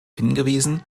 hingewiesen